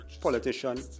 politician